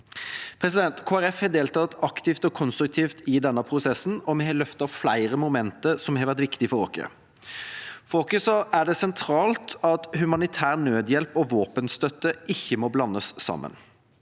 Folkeparti har deltatt aktivt og konstruktivt i denne prosessen, og vi har løftet fram flere momenter som har vært viktige for oss. For oss er det sentralt at humanitær nødhjelp og våpenstøtte ikke må blandes sammen.